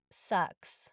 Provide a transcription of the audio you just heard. sucks